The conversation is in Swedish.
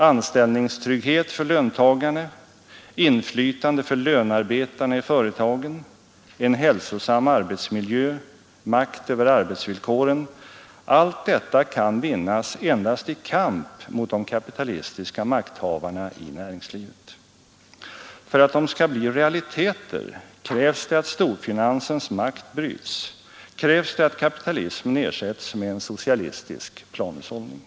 Anställningstrygghet för löntagarna, inflytande för lönarbetarna i företagen, en hälsosam arbetsmiljö, makt över arbetsvillkoren — allt detta kan För att de skall bli realiteter krävs det att storfinansens makt bryts, krävs Torsdagen den det att kapitalismen ersätts med en socialistisk planhushållning.